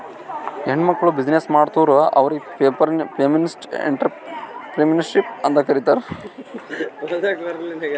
ಹೆಣ್ಮಕ್ಕುಳ್ ಬಿಸಿನ್ನೆಸ್ ಮಾಡುರ್ ಅವ್ರಿಗ ಫೆಮಿನಿಸ್ಟ್ ಎಂಟ್ರರ್ಪ್ರಿನರ್ಶಿಪ್ ಅಂತ್ ಕರೀತಾರ್